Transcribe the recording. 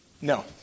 No